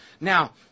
Now